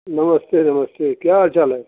नमस्ते नमस्ते क्या हालचाल है